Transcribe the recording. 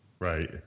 Right